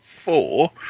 four